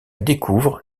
découvre